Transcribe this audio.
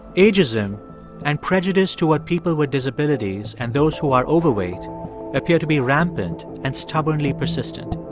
ageism and prejudice toward people with disabilities and those who are overweight appear to be rampant and stubbornly persistent